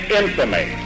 infamy